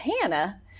Hannah